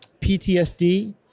PTSD